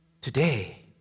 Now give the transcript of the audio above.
today